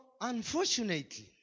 unfortunately